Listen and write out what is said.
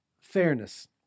fairness